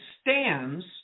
stands